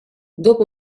dopo